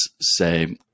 say